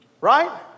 Right